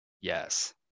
Yes